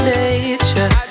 nature